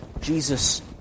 Jesus